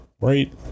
right